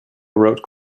wrote